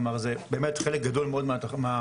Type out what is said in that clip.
כלומר זה באמת חלק גדול מאוד מהפעילות